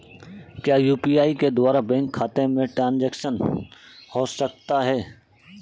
क्या यू.पी.आई के द्वारा बैंक खाते में ट्रैन्ज़ैक्शन हो सकता है?